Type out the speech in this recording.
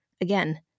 again